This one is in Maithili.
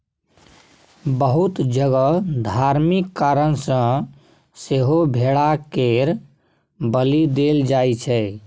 बहुत जगह धार्मिक कारण सँ सेहो भेड़ा केर बलि देल जाइ छै